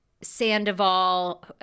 Sandoval